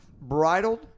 bridled